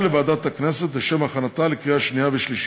לוועדת הכנסת לשם הכנתה לקריאה שנייה ושלישית.